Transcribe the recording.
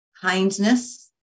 Kindness